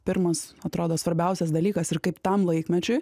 pirmas atrodo svarbiausias dalykas ir kaip tam laikmečiui